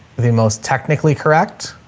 the most technically correct.